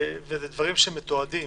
אלה דברים שמתועדים.